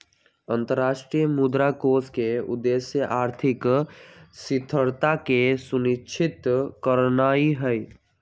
अंतरराष्ट्रीय मुद्रा कोष के उद्देश्य आर्थिक स्थिरता के सुनिश्चित करनाइ हइ